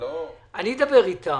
אני אדבר עם השרה.